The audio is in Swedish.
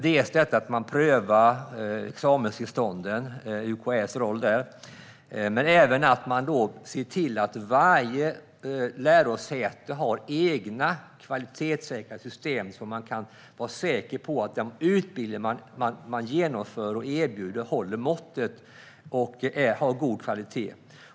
Det handlar om att pröva examenstillstånden och om UKÄ:s roll där, men det handlar också om att se till att varje lärosäte har egna kvalitetssäkra system. Man ska vara säker på att den utbildning de erbjuder och genomför håller måttet och har god kvalitet.